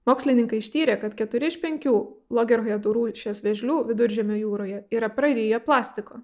mokslininkai ištyrė kad keturi iš penkių logerhedų rūšies vėžlių viduržemio jūroje yra prariję plastiko